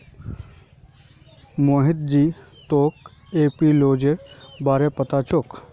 मोहित जी तोक एपियोलॉजीर बारे पता छोक